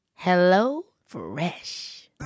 HelloFresh